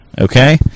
okay